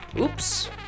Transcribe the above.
Oops